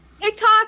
tiktok